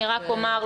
אני רק אומר,